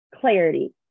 Clarity